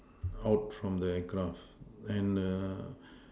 out from the craft and err